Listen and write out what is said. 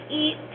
eat